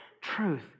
Truth